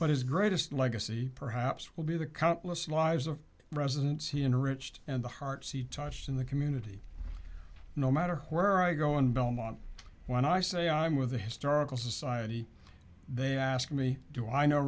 but his greatest legacy perhaps will be the countless lives of residents he enriched and the hearts he touched in the community no matter where i go in belmont when i say i'm with the historical society they asked me do i know